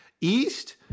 East